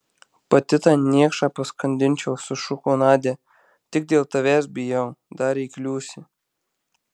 pati tą niekšą paskandinčiau sušuko nadia tik dėl tavęs bijau dar įkliūsi